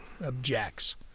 objects